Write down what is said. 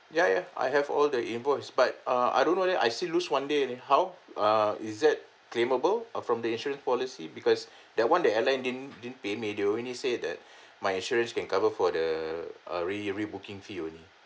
ya ya I have all the invoice but uh I don't know leh I still lose one day leh how uh is that claimable uh from the insurance policy because that one that airline didn't didn't pay me they only say that my insurance can cover for the uh re~ re-booking fee only